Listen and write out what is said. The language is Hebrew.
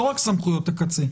לא רק סמכויות הקצה.